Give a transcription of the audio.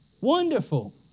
Wonderful